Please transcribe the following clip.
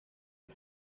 are